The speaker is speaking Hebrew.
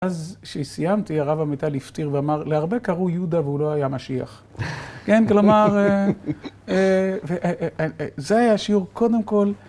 אז כשסיימתי הרב עמיטל הפטיר ואמר, להרבה קראו יהודה והוא לא היה משיח. כן, כלומר, זה היה השיעור, קודם כל